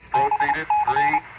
i